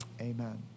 amen